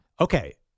Okay